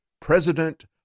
president